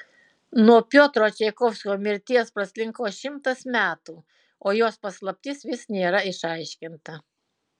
nuo piotro čaikovskio mirties praslinko šimtas metų o jos paslaptis vis nėra išaiškinta